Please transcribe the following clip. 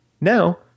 Now